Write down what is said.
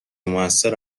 موثر